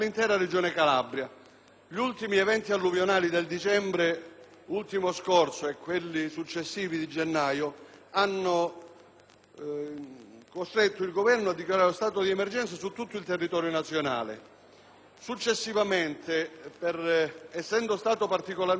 Gli ultimi eventi alluvionali del dicembre scorso e quelli successivi di gennaio hanno costretto il Governo a dichiarare lo stato di emergenza su tutto il territorio nazionale. Successivamente, essendo stato l'evento